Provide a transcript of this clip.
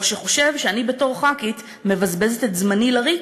שחושב שאני בתור ח"כית מבזבזת את זמני לריק,